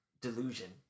delusion